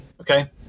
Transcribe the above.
Okay